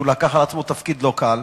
הוא לקח על עצמו תפקיד לא קל.